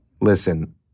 listen